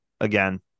again